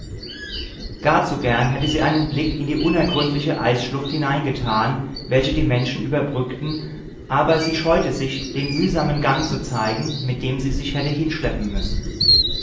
gar zu gern hätte sie einen blick in die unergründliche eisschlucht hineingetan welche die menschen überbrückten aber sie scheute sich den mühsamen gang zu zeigen mit dem sie sich hätte hinschleppen müssen